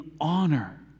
honor